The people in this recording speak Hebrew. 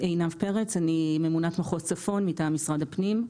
אני ממונת מחוז צפון מטעם משרד הפנים.